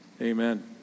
amen